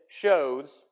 shows